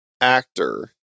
actor